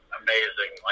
amazing